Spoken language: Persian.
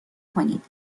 کنید